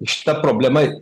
šita problema